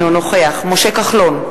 אינו נוכח משה כחלון,